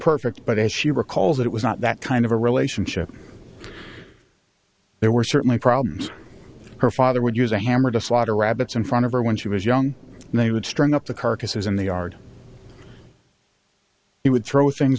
perfect but as she recalls it was not that kind of a relationship there were certainly problems her father would use a hammer to slaughter rabbits in front of her when she was young and they would string up the carcasses and they are he would throw things